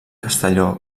castelló